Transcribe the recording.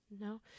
No